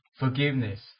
forgiveness